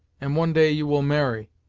and one day you will marry,